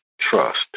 trust